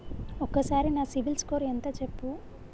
ఒక్కసారి నా CIBIL score ఎంత చెప్పు?